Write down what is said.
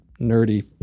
nerdy